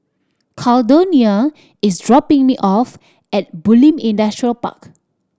Caldonia is dropping me off at Bulim Industrial Park